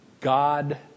God